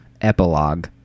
epilogue